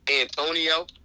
Antonio